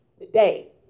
today